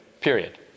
period